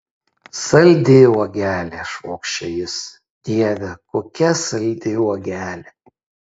saldi uogelė švokščia jis dieve kokia saldi uogelė